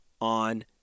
on